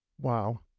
Wow